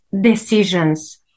decisions